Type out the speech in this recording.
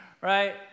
right